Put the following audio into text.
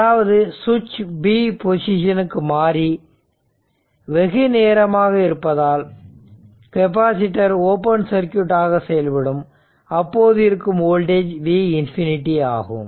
அதாவது சுவிட்ச் B பொசிஷனுக்கு மாறி வெகுநேரமாக இருப்பதால் கெபாசிட்டர் ஓபன் சர்க்யூட் ஆக செயல்படும் அப்போது இருக்கும் வோல்டேஜ் V ∞ ஆகும்